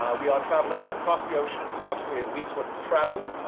ah we are traveling across the ocean, it's approximately a week's worth of travel.